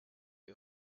you